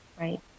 Right